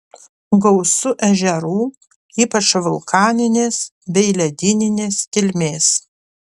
gausu ežerų ypač vulkaninės bei ledyninės kilmės